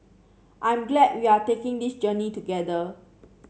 I'm glad we are taking this journey together